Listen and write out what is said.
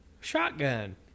Shotgun